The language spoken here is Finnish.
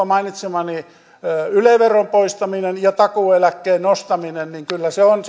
mainitsemaani yle yle veron poistamiseen ja takuueläkkeen nostamiseen niin kyllä on